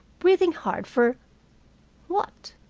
breathing hard for what?